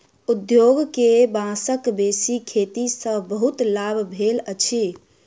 उद्योग के बांसक बेसी खेती सॅ बहुत लाभ भेल अछि